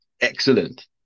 excellent